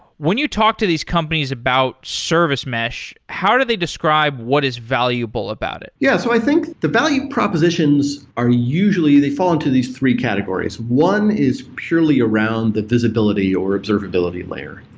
when you talk to these companies about service mesh, how do they describe what is valuable about it? yeah. so i think the value propositions are usually they fall into these three categories. one is purely around the visibility or observability layer.